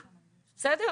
בסדר?